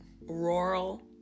Rural